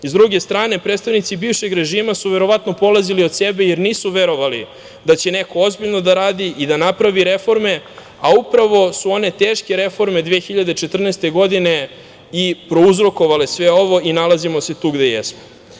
S druge strane, predstavnici bivšeg režima su verovatno polazili od sebe, jer nisu verovali da će neko ozbiljno da radi i da napravi reforme, a upravo su one teške reforme 2014. godine i prouzrokovale sve ovo i nalazimo se tu gde jesmo.